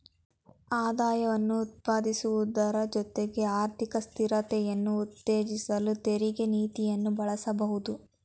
ಆದಾಯವನ್ನ ಉತ್ಪಾದಿಸುವುದ್ರ ಜೊತೆಗೆ ಆರ್ಥಿಕ ಸ್ಥಿರತೆಯನ್ನ ಉತ್ತೇಜಿಸಲು ತೆರಿಗೆ ನೀತಿಯನ್ನ ಬಳಸಬಹುದು